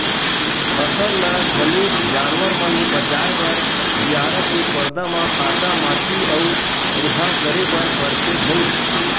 फसल ल घलोक जानवर मन ले बचाए बर बियारा के परदा म काटा माटी अउ ओधा करे बर परथे भइर